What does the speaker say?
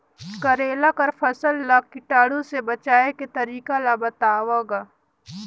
करेला कर फसल ल कीटाणु से बचाय के तरीका ला बताव ग?